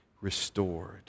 restored